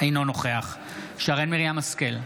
אינו נוכח שרן מרים השכל,